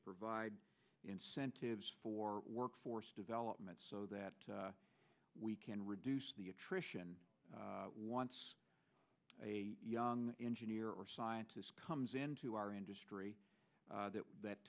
provide incentives for workforce development so that we can reduce the attrition once a young engineer or scientist comes into our industry that that